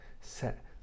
set